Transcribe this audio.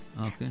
Okay